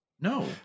No